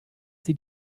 sie